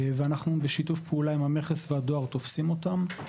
ובשיתוף פעולה עם המכס והדואר אנחנו תופסים אותם.